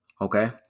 Okay